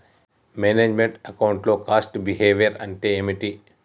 Manage meant account లో cost behaviour అంటే ఏమిటి?